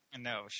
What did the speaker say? No